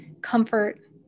comfort